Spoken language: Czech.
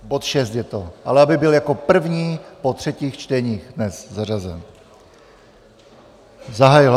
Bod 6 je to ale aby byl jako první po třetích čteních dnes zařazen.